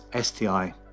STI